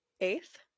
Eighth